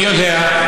אני יודע,